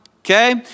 okay